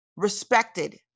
Respected